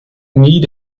need